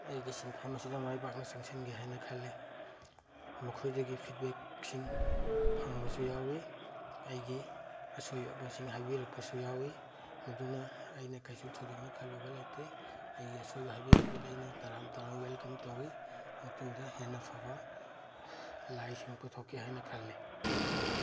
ꯑꯩꯒꯤ ꯁꯤꯟꯐꯝ ꯑꯁꯤꯗ ꯃꯥꯏ ꯄꯥꯛꯅ ꯆꯪꯁꯟꯒꯦ ꯍꯥꯏꯅ ꯈꯜꯂꯤ ꯃꯈꯣꯏꯗꯒꯤ ꯐꯤꯠꯕꯦꯛꯁꯤꯡ ꯐꯪꯕꯁꯨ ꯌꯥꯎꯋꯤ ꯑꯩꯒꯤ ꯑꯁꯣꯏꯕꯁꯤꯡ ꯍꯥꯏꯕꯤꯔꯛꯄꯁꯨ ꯌꯥꯎꯋꯤ ꯃꯗꯨꯅ ꯑꯩꯅ ꯀꯩꯁꯨ ꯊꯣꯏꯗꯣꯛꯅ ꯈꯜꯂꯨꯕ ꯂꯩꯇꯦ ꯑꯩꯒꯤ ꯑꯁꯣꯏꯕ ꯍꯥꯏꯕꯤꯔꯛꯄꯗ ꯑꯩꯅ ꯇꯔꯥꯝ ꯇꯔꯥꯝ ꯋꯦꯜꯀꯝ ꯇꯧꯋꯤ ꯃꯇꯨꯡꯗ ꯍꯦꯟꯅ ꯐꯕ ꯂꯥꯏꯁꯤꯡ ꯄꯨꯊꯣꯛꯀꯦ ꯍꯥꯏꯅ ꯈꯜꯂꯤ